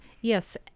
yes